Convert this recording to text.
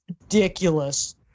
ridiculous